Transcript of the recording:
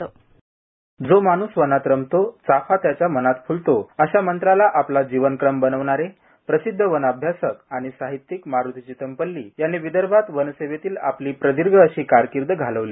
hold bite जो माणूस वनात रमतो चाफा त्यांच्या मनात फुलतो अशा मंत्राला आपला जीवनक्रम बनविणारे प्रसिदध वनअभ्यासक आणि साहित्यिक मारुती चितमपल्ली यांनी विदर्भात वनसेवेतील आपली प्रदीर्घ अशी कारकिर्द घालवली